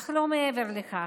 אך לא מעבר לכך.